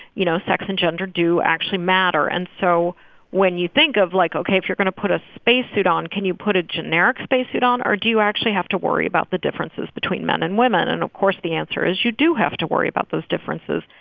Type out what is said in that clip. you know, sex and gender do actually matter. and so when you think of, like, ok, if you're going to put a spacesuit on, can you put a generic spacesuit on or do you actually have to worry about the differences between men and women? and, of course, the answer is you do have to worry about those differences.